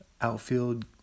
Outfield